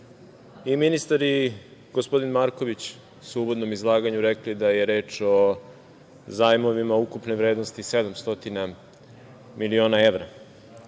ministar i gospodin Marković su u uvodnom izlaganju rekli da je reč o zajmovima ukupne vrednosti 700 miliona evra